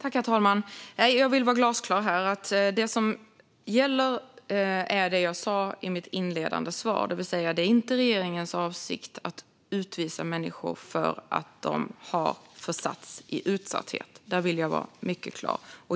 Herr talman! Jag vill vara glasklar här. Det som gäller är det jag sa i mitt inledande svar, det vill säga att det inte är regeringens avsikt att utvisa människor för att de har försatts i utsatthet. Där vill jag vara mycket klar.